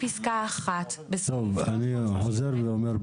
אני חוזר ואומר,